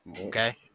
Okay